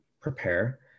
prepare